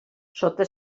sota